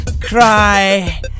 cry